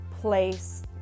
place